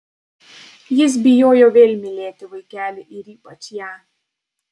jis bijojo vėl mylėti vaikelį ir ypač ją